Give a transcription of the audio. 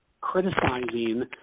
criticizing